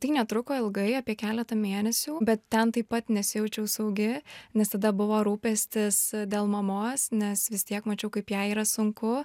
tai netruko ilgai apie keletą mėnesių bet ten taip pat nesijaučiau saugi nes tada buvo rūpestis dėl mamos nes vis tiek mačiau kaip jai yra sunku